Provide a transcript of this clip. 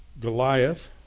Goliath